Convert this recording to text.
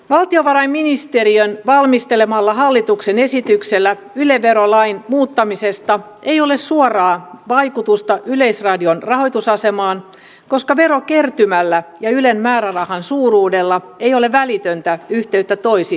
valtiovarainministeriön valmistelemalla hallituksen esityksellä yle verolain muuttamisesta ei ole suoraa vaikutusta yleisradion rahoitusasemaan koska verokertymällä ja ylen määrärahan suuruudella ei ole välitöntä yhteyttä toisiinsa